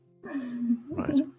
Right